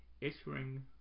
issuing